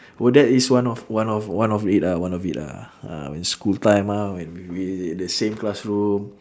oh that is one of one of one of it ah one of it lah ah when school time ah when we at the same classroom